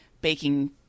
baking